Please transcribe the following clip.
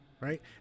right